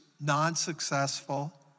non-successful